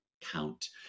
count